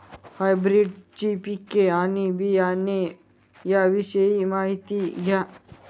हायब्रिडची पिके आणि बियाणे याविषयी माहिती द्या